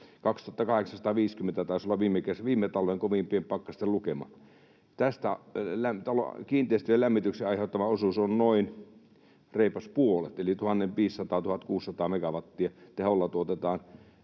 2 850 taisi olla viime talven kovimpien pakkasten lukema. Tästä kiinteistöjen lämmityksen aiheuttama osuus on noin reipas puolet, eli 1 500—1 600 megawatin teholla tuotetaan